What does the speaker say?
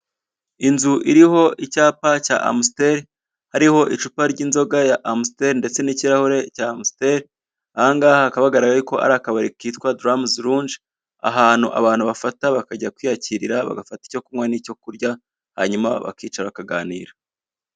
Inzu iriho icyapa cya Amusiteri, hariho icupa ry'inzoga ya Amusiteri, ndetse n'ikirahure cya Amusiteri, ahangaha hakaba hagaragara yuko ari akabari kitwa Daramuzi Runje, ahantu abantu bafata, bakajya kwiyakirira bagafata icyo kunywa n'icyo kurya, hanyuma bakicara bakaganira.